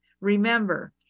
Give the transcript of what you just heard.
Remember